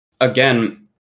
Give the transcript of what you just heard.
again